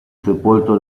sepolto